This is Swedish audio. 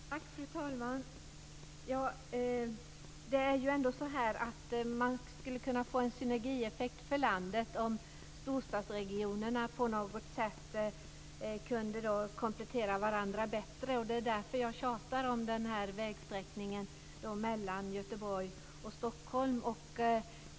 Fru talman! Det är ju ändå så att man skulle kunna få en synergieffekt för landet om storstadsregionerna på något sätt kunde komplettera varandra bättre. Det är därför jag tjatar om vägsträckningen mellan Göteborg och Stockholm.